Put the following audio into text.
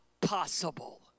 possible